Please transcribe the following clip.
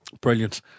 brilliant